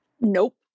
Nope